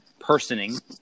personing